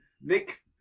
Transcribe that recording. Nick